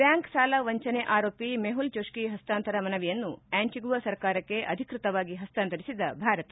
bank ಸಾಲ ವಂಚನೆ ಆರೋಪಿ ಮೆಪುಲ್ ಚೊಸ್ನಿ ಪಸ್ತಾಂತರ ಮನವಿಯನ್ನು ಆಂಟಿಗುವಾ ಸರ್ಕಾರಕ್ಕೆ ಅಧಿಕೃತವಾಗಿ ಹಸ್ತಾಂತರಿಸಿದ ಭಾರತ